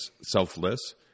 selfless